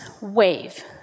wave